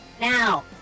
Now